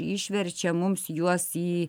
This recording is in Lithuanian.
išverčia mums juos į